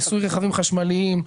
מיסוי רכבים חשמליים,